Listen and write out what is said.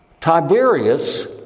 Tiberius